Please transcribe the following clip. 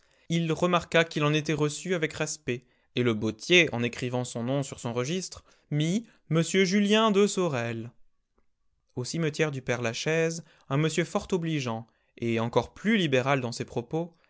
il remarqua qu'il en était reçu avec respect et le bottier en écrivant son nom sur son registre mit m julien de sorel au cimetière du père-lachaise un monsieur fort obligeant et encore plus libéral dans ses propos